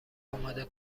اماده